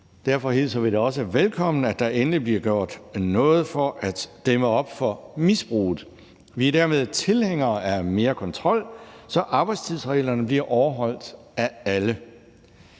Derfor hilser vi det også velkommen, at der endelig bliver gjort noget for at dæmme op for misbruget. Vi er dermed tilhængere af mere kontrol, så arbejdstidsreglerne bliver overholdt af alle.